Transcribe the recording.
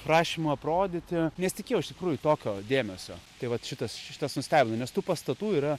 prašymų aprodyti nesitikėjai iš tikrųjų tokio dėmesio tai vat šitas šitas nustebino nes tų pastatų yra